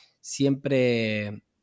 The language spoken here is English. siempre